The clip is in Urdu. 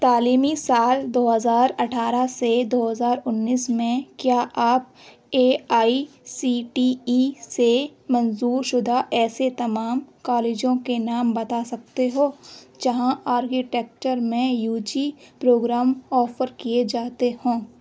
تعلیمی سال دو ہزار اٹھارہ سے دو ہزار انیس میں کیا آپ A I C T E سے منظور شدہ ایسے تمام کالجوں کے نام بتا سکتے ہو جہاں آرکیٹیکچر میں یو جی پروگرام آفر کیے جاتے ہوں